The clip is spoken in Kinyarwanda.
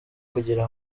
kugira